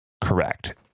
Correct